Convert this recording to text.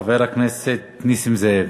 חבר הכנסת נסים זאב,